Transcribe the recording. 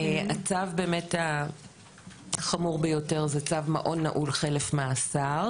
הצו באמת החמור ביותר זה צו מעון נעול חלף מאסר,